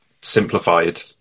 simplified